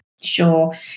Sure